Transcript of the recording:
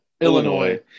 Illinois